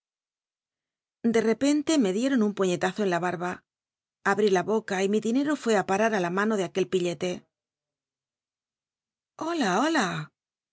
de epente me dieron un uñetazo en la barba abl'i la boca y mi dinero fué á parar á la mano de aquel pillete i ola